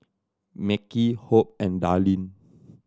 Mekhi Hope and Darlene